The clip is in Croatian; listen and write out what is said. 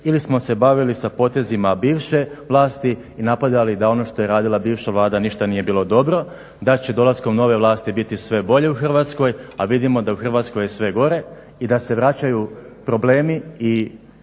ili smo se bavili sa potezima bivše vlasti i napadali da ono što je radila bivša Vlada ništa nije bilo dobro, da će dolaskom nove vlasti biti sve bolje u Hrvatskoj, a vidimo da u Hrvatskoj je sve gore i da se vraćaju problemi i